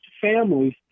families